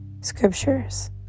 scriptures